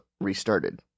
restarted